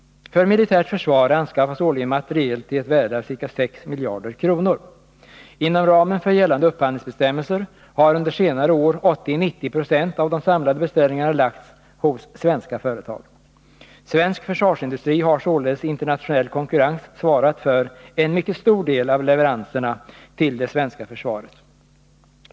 För militärt försvar anskaffas årligen materiel till ett värde av ca 6 miljarder kronor. Inom ramen för gällande upphandlingsbestämmelser har under senare år 80-90 26 av de samlade beställningarna lagts hos svenska företag. Svensk försvarsindustri har således i internationell konkurrens svarat för en mycket stor del av leveranserna till det svenska försvaret.